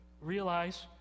realize